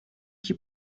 qui